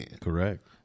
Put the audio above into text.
Correct